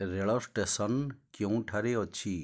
ରେଳ ଷ୍ଟେସନ କେଉଁଠାରେ ଅଛି